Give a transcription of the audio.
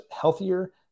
healthier